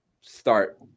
start